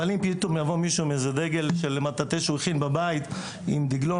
אבל אפ פתאום יבוא מישהו עם איזה דגל של מטאטא שהוא הכין בבית עם דגלון,